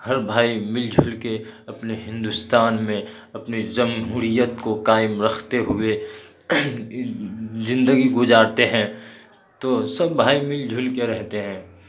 ہر بھائی مل جھل کے اپنے ہندوستان میں اپنی جمہوریت کو کائم رختے ہوئے زندگی گزارتے ہیں تو سب بھائی مل جل کر رہتے ہیں